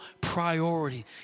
priority